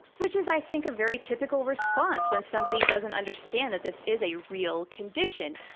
which is, i think, a very typical response when somebody doesn't understand that this is a real condition.